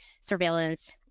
surveillance